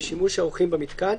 לשימוש האורחים במיתקן,